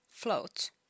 float